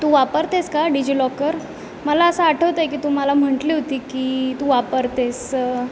तू वापरतेस का डीजीलॉकर मला असं आठवतं आहे की तू मला म्हटली होती की तू वापरतेस